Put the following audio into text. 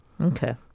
Okay